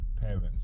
parents